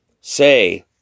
say